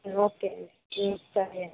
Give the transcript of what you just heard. okay సరే అండి